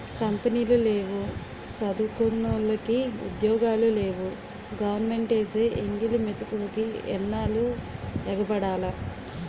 కంపినీలు లేవు సదువుకున్నోలికి ఉద్యోగాలు లేవు గవరమెంటేసే ఎంగిలి మెతుకులికి ఎన్నాల్లు ఎగబడాల